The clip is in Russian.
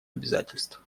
обязательств